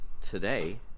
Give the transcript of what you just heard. today